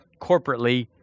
corporately